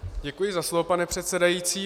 Děkuji za slovo, pane předsedající.